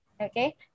Okay